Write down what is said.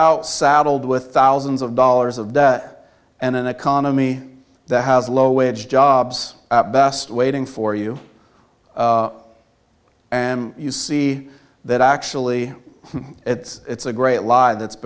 out saddled with thousands of dollars of debt and an economy that has low wage jobs at best waiting for you and you see that actually it's a great lie that's